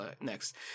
next